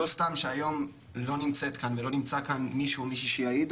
לא סתם שהיום לא נמצאת כאן ולא נמצא כאן מישהו שיעידו,